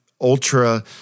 ultra